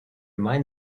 mein